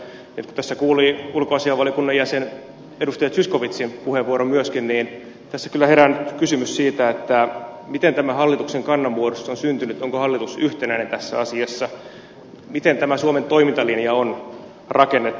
nyt kun tässä kuuli ulkoasiainvaliokunnan jäsenen edustaja zyskowiczin puheenvuoron myöskin niin tässä kyllä herää kysymys siitä miten tämä hallituksen kannanmuodostus on syntynyt onko hallitus yhtenäinen tässä asiassa miten tämä suomen toimintalinja on rakennettu